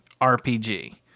RPG